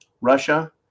Russia